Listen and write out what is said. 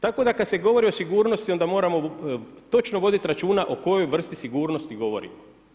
Tako da kad se govori o sigurnosti, onda moramo točno voditi računa o kojoj vrsti sigurnosti govorimo.